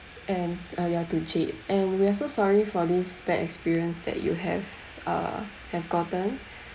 and uh ya to jade and we are so sorry for this bad experience that you have uh have gotten